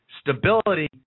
stability